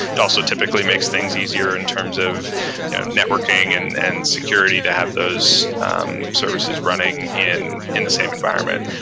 it also typically makes things easier in terms of networking and and security security to have those um services running in in the same environment,